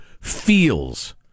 feels